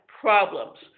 problems